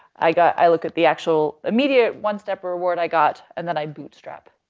i got i look at the actual, immediate one-step reward i got and then i bootstrap.